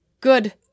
good